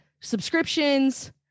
subscriptions